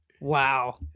Wow